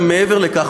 גם מעבר לכך,